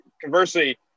conversely